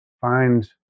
find